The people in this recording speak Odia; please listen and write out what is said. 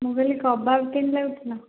ମୁଁ କହିଲି କବାବ କେମିତି ଲାଗୁଥିଲା